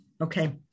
Okay